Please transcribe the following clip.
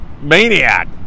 maniac